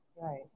Right